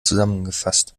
zusammengefasst